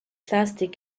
plastic